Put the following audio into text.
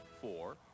four